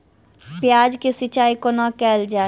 प्याज केँ सिचाई कोना कैल जाए?